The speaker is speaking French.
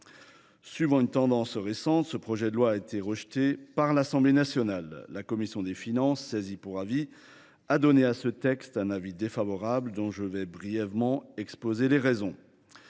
Suivant une tendance récente, ce projet de loi a été rejeté par l’Assemblée nationale. La commission des finances, saisie pour avis, a émis sur ce texte un avis défavorable. Je vais brièvement en exposer les raisons.